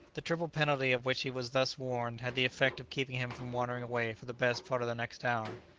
the triple penalty of which he was thus warned had the effect of keeping him from wandering away for the best part of the next hour,